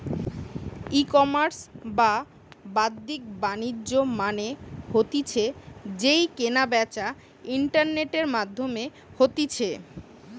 ecommerce বা বাদ্দিক বাণিজ্য মানে হতিছে যেই কেনা বেচা ইন্টারনেটের মাধ্যমে হতিছে